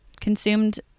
consumed